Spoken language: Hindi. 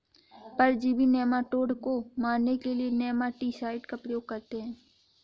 परजीवी नेमाटोड को मारने के लिए नेमाटीसाइड का प्रयोग करते हैं